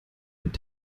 mit